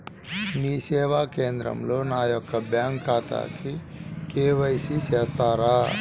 మీ సేవా కేంద్రంలో నా యొక్క బ్యాంకు ఖాతాకి కే.వై.సి చేస్తారా?